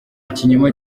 ikinyoma